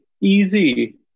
easy